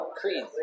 Creed